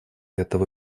этого